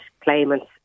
claimants